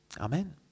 Amen